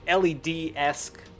LED-esque